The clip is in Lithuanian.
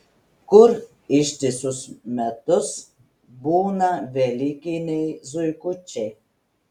kur ištisus metus būna velykiniai zuikučiai